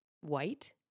white